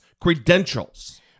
credentials